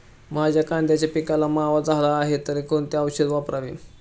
माझ्या कांद्याच्या पिकाला मावा झाला आहे तर कोणते औषध वापरावे?